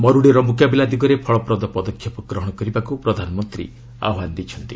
ମର୍ତ୍ଡିର ମୁକାବିଲା ଦିଗରେ ଫଳପ୍ରଦ ପଦକ୍ଷେପ ନେବାକୁ ପ୍ରଧାନମନ୍ତ୍ରୀ ଆହ୍ୱାନ ଦେଇଛନ୍ତି